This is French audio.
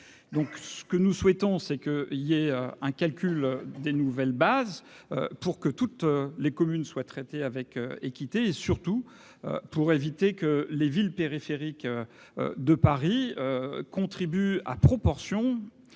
ce que nous souhaitons c'est que il y ait un calcul des nouvelles bases pour que toutes les communes soient traités avec équité et surtout pour éviter que les villes périphériques de Paris contribue à proportion